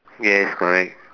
yes correct